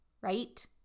right